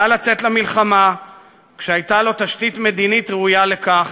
לצאת למלחמה כשהייתה לו תשתית מדינית ראויה לכך.